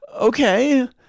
Okay